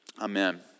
Amen